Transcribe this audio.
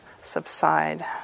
subside